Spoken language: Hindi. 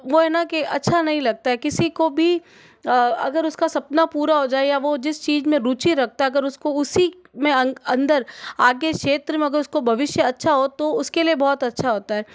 वो है ना कि अच्छा नहीं लगता है किसी को भी अगर उसका सपना पूरा हो जाए या वो जिस चीज में रुचि रखता अगर उसको उसी में अंक अंदर इस आगे क्षेत्र में अगर उसको भविष्य अच्छा हो तो उसके लिए बहुत अच्छा होता है